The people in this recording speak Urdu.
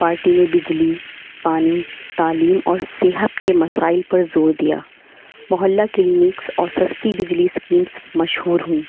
پارٹی نے بجلی پانی تعلیم اور صحت کے مسائل پر زور دیا محلہ کلینکس اور سستی بجلی اسکیمس مشہور ہوئیں